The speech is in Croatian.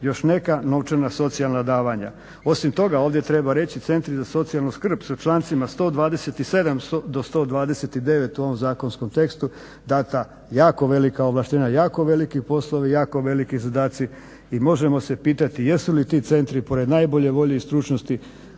još neka novčana socijalna davanja. Osim toga ovdje treba reći centri za socijalnu skrb sa člancima 127.do 129.u ovom zakonskom tekstu dana jako velika ovlaštenja, jako veliki poslovi i jako veliki zadaci i možemo se pitati jesu li ti centri pored najbolje volje i stručnosti